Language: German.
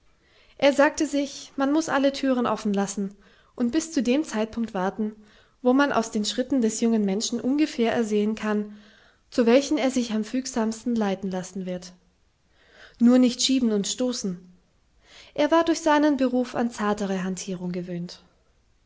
er sagte sich man muß alle thüren offen lassen und bis zu dem zeitpunkt warten wo man aus den schritten des jungen menschen ungefähr ersehen kann zu welchen er sich am fügsamsten leiten lassen wird nur nicht schieben und stoßen er war durch seinen beruf an zartere hantierung gewöhnt